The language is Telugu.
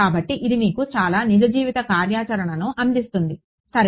కాబట్టి ఇది మీకు చాలా నిజ జీవిత కార్యాచరణను అందిస్తుంది సరే